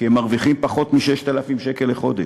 הם מרוויחים פחות מ-6,000 שקלים לחודש,